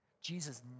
Jesus